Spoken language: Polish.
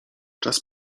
czas